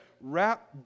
wrap